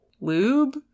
Lube